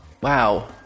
Wow